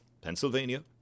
Pennsylvania